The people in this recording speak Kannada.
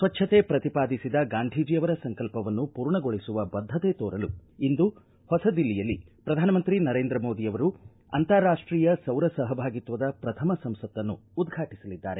ಸ್ವಜ್ಞತೆ ಪ್ರತಿಪಾದಿಸಿದ ಗಾಂಧೀಜಿ ಅವರ ಸಂಕಲ್ಪವನ್ನು ಮೂರ್ಣಗೊಳಿಸುವ ಬದ್ಧತೆ ತೋರಲು ಇಂದು ಹೊಸದಿಲ್ಲಿಯಲ್ಲಿ ಪ್ರಧಾನಮಂತ್ರಿ ನರೇಂದ್ರ ಮೋದಿ ಅವರು ಅಂತಾರಾಷ್ಷೀಯ ಸೌರ ಸಹಭಾಗಿತ್ವದ ಪ್ರಥಮ ಸಂಸತ್ತನ್ನು ಉದ್ಘಾಟಿಸಲಿದ್ದಾರೆ